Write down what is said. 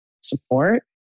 support